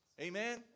Amen